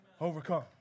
overcome